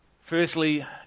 firstly